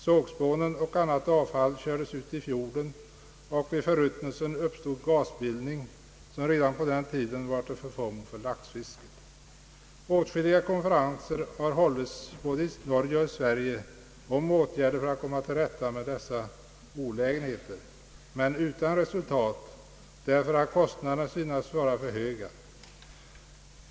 Sågspån och annat avfall kördes ut i fjorden, och vid förruttnelsen uppstod gasbildning som redan på den tiden var till förfång för laxfisket. Åtskilliga konferenser har hållits i både Norge och Sverige om åtgärder för att komma till rätta med dessa olägenheter men utan resultat därför att kostnaderna synes vara för höga.